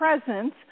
presence